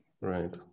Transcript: Right